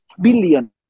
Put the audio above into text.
billion